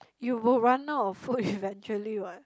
you will run out of food eventually [what]